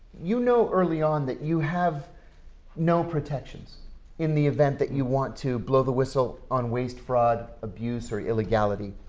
you know early on that you have no protections in the event that you want to blow the whistle on waste, fraud, abuse, or illegality.